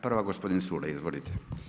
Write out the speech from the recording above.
Prva gospodin Culej, izvolite.